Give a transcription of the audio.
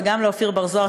וגם לאופיר בר-זוהר,